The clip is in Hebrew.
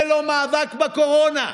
זה לא מאבק בקורונה,